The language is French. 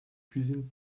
cuisines